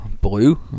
blue